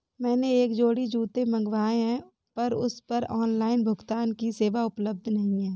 मैंने एक जोड़ी जूते मँगवाये हैं पर उस पर ऑनलाइन भुगतान की सेवा उपलब्ध नहीं है